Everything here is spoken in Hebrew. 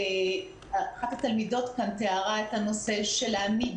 אחת התלמידות כאן תיארה את הנושא של להעמיד